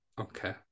Okay